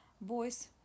boys